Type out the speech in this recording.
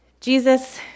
Jesus